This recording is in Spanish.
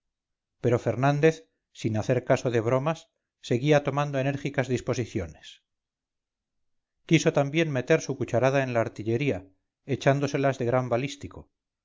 pero fernández sin hacer caso de bromas seguía tomando enérgicas disposiciones quiso también meter su cucharada en la artillería echándoselas de gran balístico